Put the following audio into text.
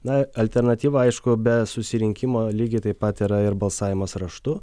na alternatyva aišku be susirinkimo lygiai taip pat yra ir balsavimas raštu